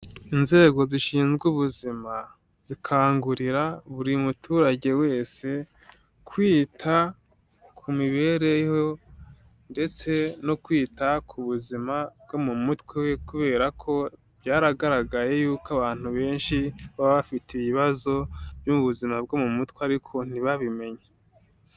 Inzego zishinzwe ubuzima zikangurira buri muturage wese kwita k'umibereho ndetse no kwita k'ubuzima bwo mu mutwe kubera ko byaragaragaye yuko abantu benshi baba bafite ibibazo byo mu buzima bwo mu mutwe ariko ntibabimenye.